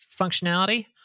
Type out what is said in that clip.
functionality